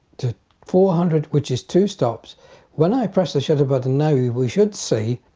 to four hundred which is two stops when i press the shutter button now we should see